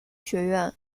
学院